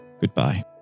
goodbye